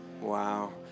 wow